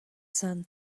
sun